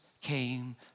came